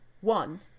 One